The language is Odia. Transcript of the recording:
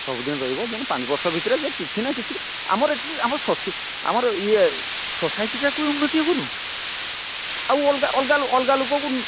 ସବୁଦିନ ରହିବ ଯେମିତି ପାଞ୍ଚ ବର୍ଷ ଭିତରେ ଯେ କିଛିନା କିଛି ଆମର ଏଠି ଆମର ସସି ଆମର ଇଏ ସୋସାଇଟିଟାକୁ ଉନ୍ନତି ଇଏ କରୁ ଆଉ ଅଲଗା ଅଲଗା ଅଲଗା ଲୋକକୁ